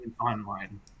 online